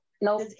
nope